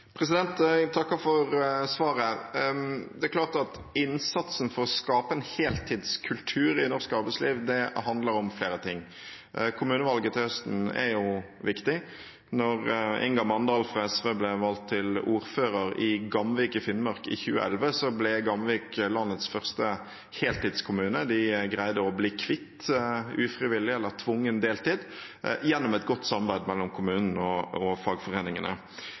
det norske arbeidslivet handler om flere ting. Kommunevalget til høsten er viktig. Da Inga Mandal fra SV ble valgt til ordfører i Gamvik i Finnmark i 2011, ble Gamvik landets første heltidskommune. De greide å bli kvitt ufrivillig eller tvungen deltid gjennom et godt samarbeid mellom kommunen og fagforeningene.